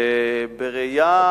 בראייה,